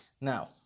now